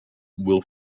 will